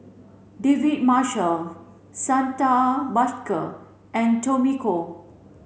David Marshall Santha Bhaskar and Tommy Koh